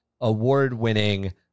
award-winning